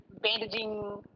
bandaging